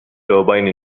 turbine